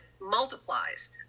multiplies